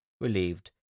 relieved